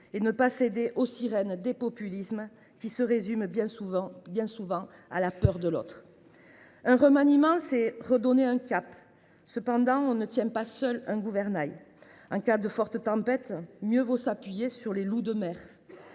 ni céder aux sirènes des populismes, qui se résument bien souvent à la peur de l’autre. Un remaniement gouvernemental sert à redonner un cap. Cependant, on ne tient pas seul un gouvernail. En cas de forte tempête, mieux vaut s’appuyer sur les loups de mer.